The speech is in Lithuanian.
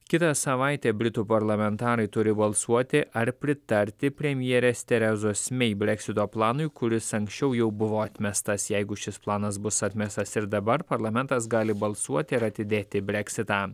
kitą savaitę britų parlamentarai turi balsuoti ar pritarti premjerės terezos mei breksito planui kuris anksčiau jau buvo atmestas jeigu šis planas bus atmestas ir dabar parlamentas gali balsuoti ar atidėti brexitą